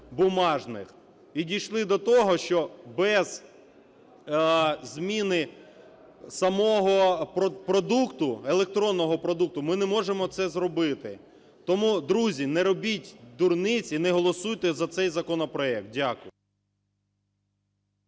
І дійшли до того, що без зміни самого продукту, електронного продукту, ми не можемо це зробити. Тому, друзі, не робіть дурниць і не голосуйте за цей законопроект. Дякую.